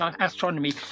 astronomy